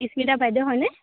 বাইদেউ হয়নে